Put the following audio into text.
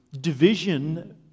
division